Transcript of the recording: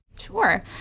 Sure